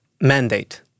mandate